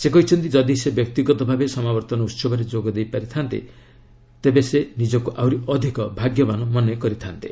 ସେ କହିଛନ୍ତି ଯଦି ସେ ବ୍ୟକ୍ତିଗତ ଭାବେ ସମାବର୍ତ୍ତନ ଉହବରେ ଯୋଗଦେଇ ପାରିଥାନ୍ତେ ତେବେ ସେ ନିଜକୁ ଆହୁରି ଅଧିକ ଭାଗ୍ୟବାନ ମନେକରିଥାନ୍ତେ